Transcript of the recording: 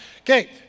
Okay